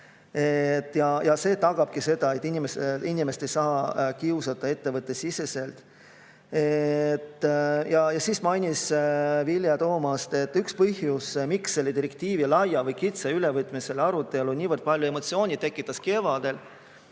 See tagabki selle, et inimesi ei saa kiusata ettevõttesiseselt. Vilja Toomast märkis, et üks põhjus, miks selle direktiivi laia või kitsa ülevõtmise arutelu niivõrd palju emotsioone tekitas kevadel,